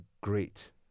great